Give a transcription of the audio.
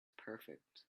perfect